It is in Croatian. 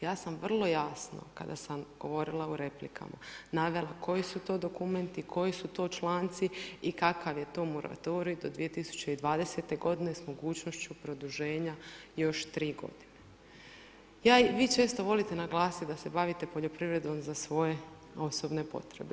Ja sam vrlo jasno, kada sam govorila u replikama, navela, koji su to dokumenti, koji su to članci i kakav je to moratorij, do 2020. g. s mogućnošću produženja još 3g. Vi često volite naglasiti da s bavite poljoprivredom za svoje osobne potrebe.